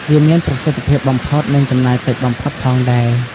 វាមានប្រសិទ្ធភាពបំផុត និងចំណាយតិចបំផុតផងដែរ។